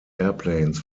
airplanes